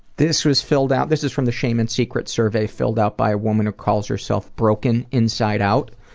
this was filled out this is from the shame and secrets survey filled out by a woman who calls herself broken inside out.